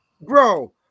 Bro